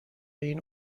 این